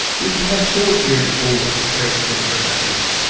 we have four here to board, great good-for-nothings,